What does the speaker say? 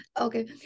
Okay